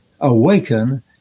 awaken